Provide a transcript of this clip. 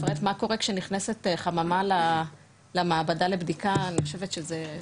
מה קורה כשנכנסת חממה למעבדה לבדיקה אני חושבת שזה.